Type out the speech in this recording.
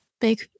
big